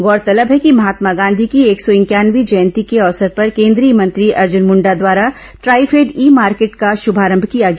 गौरतलब है कि महात्मा गांधी की एक सौ इंक्यावनवीं जयंती के अवसर पर केंद्रीय मंत्री अर्जन मृण्डा द्वारा ट्राईफेड ई मार्केट का श्रभारंभ किया गया